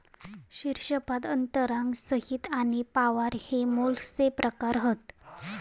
शीर्शपाद अंतरांग संहति आणि प्रावार हे मोलस्कचे प्रकार हत